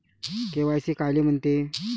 KYC कायले म्हनते?